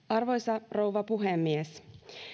arvoisa rouva puhemies